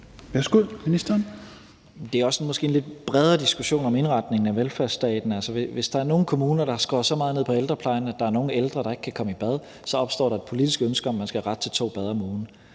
Tesfaye (fg.): Det er måske en lidt bredere diskussion om indretningen af velfærdsstaten. Hvis der er nogle kommuner, der har skåret så meget ned på ældreplejen, at der er nogle ældre, der ikke kan komme i bad, opstår der et politisk ønske om, at man skal have ret til to bad om ugen;